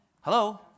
Hello